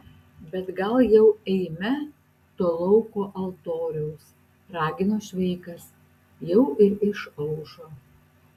bet gal jau eime to lauko altoriaus ragino šveikas jau ir išaušo